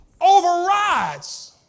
overrides